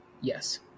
Yes